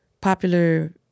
popular